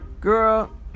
Girl